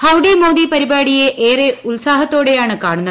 howdy Modi പരിപാടിയെ ഏറെ ഉത്സാഹത്തോടെയാണ് കാണുന്നത്